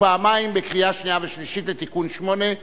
ופעמיים בקריאה שנייה ושלישית לתיקון מס' 8,